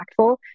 impactful